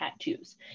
tattoos